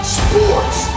sports